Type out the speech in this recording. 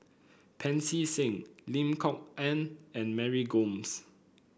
Pancy Seng Lim Kok Ann and Mary Gomes